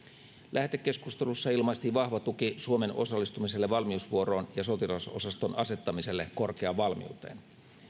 lähetekeskustelussa ilmaistiin vahva tuki suomen osallistumiselle valmiusvuoroon ja sotilasosaston asettamiselle korkeaan valmiuteen